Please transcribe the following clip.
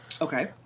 Okay